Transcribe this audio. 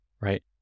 right